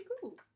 cool